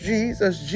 Jesus